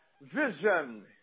Vision